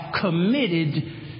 committed